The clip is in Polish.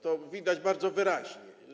To widać bardzo wyraźnie.